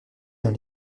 dans